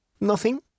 Nothing